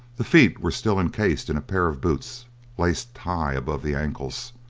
the feet were still encased in a pair of boots laced high above the ankles.